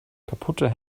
kaputte